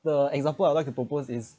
the example I would like the purpose is